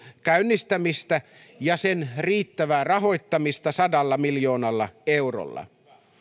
käynnistämistä ja sen riittävää rahoittamista sadalla miljoonalla eurolla